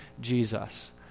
Jesus